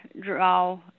draw